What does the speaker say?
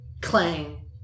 Clang